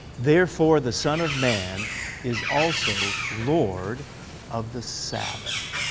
therefore the son of man is also lord of the sabbath.